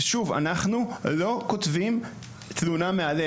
ושוב, אנחנו לא כותבים תלונה מהלב.